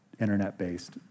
internet-based